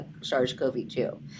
SARS-CoV-2